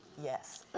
yes.